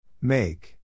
make